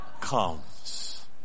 comes